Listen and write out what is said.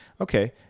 Okay